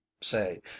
say